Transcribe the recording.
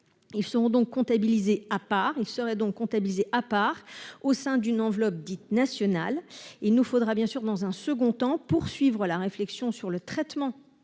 Ils seraient alors comptabilisés à part, au sein d'une enveloppe nationale. Il nous faudra, dans un second temps, poursuivre la réflexion sur le traitement